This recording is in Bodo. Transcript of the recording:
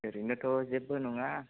ओरैनोथ' जेबो नङा